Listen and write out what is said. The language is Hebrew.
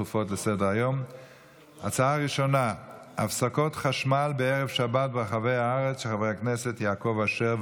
הצעת החוק של חברת הכנסת מירב בן ארי בקשר לחושפי